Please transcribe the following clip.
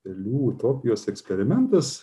pelių utopijos eksperimentas